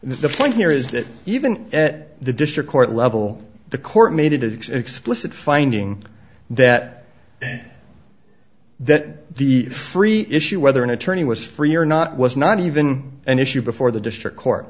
raised here the point here is that even at the district court level the court made it explicit finding that that the free issue whether an attorney was free or not was not even an issue before the district court